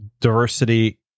diversity